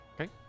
Okay